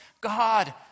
God